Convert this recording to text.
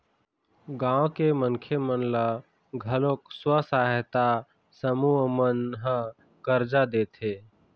गाँव के मनखे मन ल घलोक स्व सहायता समूह मन ह करजा देथे